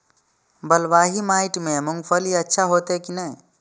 बलवाही माटी में मूंगफली अच्छा होते की ने?